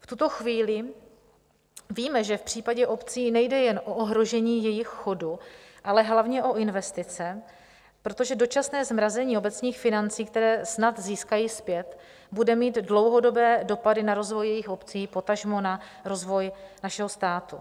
V tuto chvíli víme, že v případě obcí nejde jen o ohrožení jejich chodu, ale hlavně o investice, protože dočasné zmrazení obecných financí, které snad získají zpět, bude mít dlouhodobé dopady na rozvoj jejich obcí, potažmo na rozvoj našeho státu.